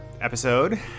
episode